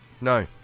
No